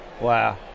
Wow